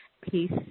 peace